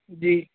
جی